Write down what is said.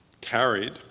carried